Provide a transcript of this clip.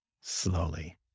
slowly